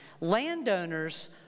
landowners